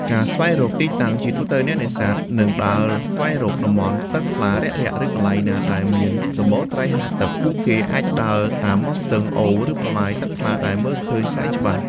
ការស្វែងរកទីតាំង ជាទូទៅ អ្នកនេសាទនឹងដើរស្វែងរកតំបន់ទឹកថ្លារាក់ៗ ឬកន្លែងណាដែលមានសម្បូរត្រីហែលទឹក។ ពួកគេអាចដើរតាមមាត់ស្ទឹង អូរ ឬប្រឡាយទឹកថ្លាដែលមើលឃើញត្រីច្បាស់។